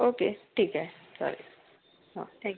okay ठीक आहे चालेल हा थॅंक